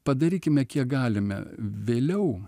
padarykime kiek galime vėliau